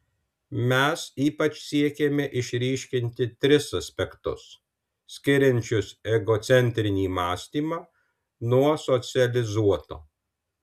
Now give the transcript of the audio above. mes ypač siekėme išryškinti tris aspektus skiriančius egocentrinį mąstymą nuo socializuoto